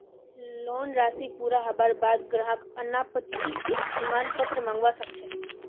loan राशि पूरा हबार बा द ग्राहक अनापत्ति प्रमाण पत्र मंगवा स ख छ